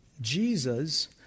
Jesus